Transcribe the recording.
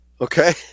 Okay